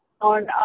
on